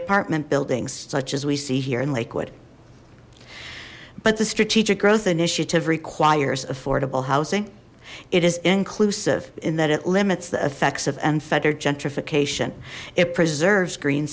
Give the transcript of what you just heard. apartment buildings such as we see here in lakewood but the strategic growth initiative requires affordable housing it is inclusive in that it limits the effects of unfettered gentrification it preserves green